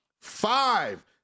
five